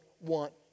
want